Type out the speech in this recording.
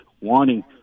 wanting